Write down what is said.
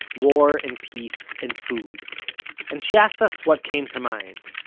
war and peace and food and she asked us what came to mind.